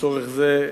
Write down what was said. ולצורך זה,